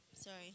Sorry